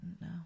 no